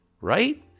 right